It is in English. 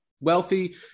wealthy